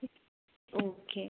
ठीक है ओके